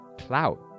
Clout